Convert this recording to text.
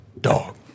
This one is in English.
Dog